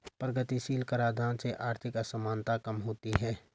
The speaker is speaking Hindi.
प्रगतिशील कराधान से आर्थिक असमानता कम होती है